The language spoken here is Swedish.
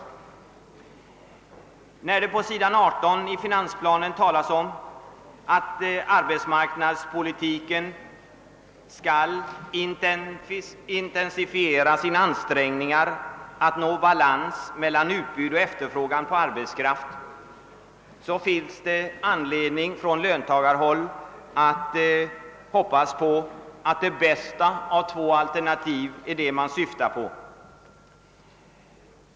Med anledning av att på s. 18 på finansplanen talas om att arbetsmarknadspolitiken skall intensifiera sina ansträngningar att nå balans mellan utbud och efterfrågan på arbetskraft, finns det från löntagarhåll anledning att hoppas på att det bästa av två alternativ är det man syftar på.